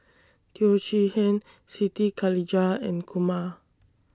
Teo Chee Hean Siti Khalijah and Kumar